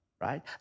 right